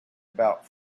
about